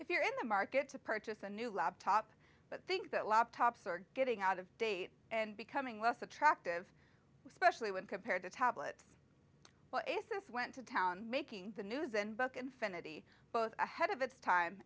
if you're in the market to purchase a new laptop but think that laptops are getting out of date and becoming less attractive especially when compared to tablets since went to town making the news and book infinity both ahead of its time